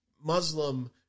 Muslim